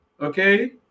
Okay